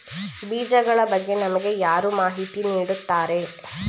ಬೀಜಗಳ ಬಗ್ಗೆ ನಮಗೆ ಯಾರು ಮಾಹಿತಿ ನೀಡುತ್ತಾರೆ?